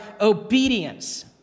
obedience